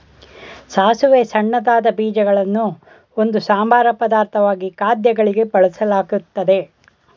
ಸಾಸಿವೆಯ ಸಣ್ಣದಾದ ಬೀಜಗಳನ್ನು ಒಂದು ಸಂಬಾರ ಪದಾರ್ಥವಾಗಿ ಖಾದ್ಯಗಳಿಗೆ ಬಳಸಲಾಗ್ತದೆ